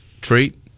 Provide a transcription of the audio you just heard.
treat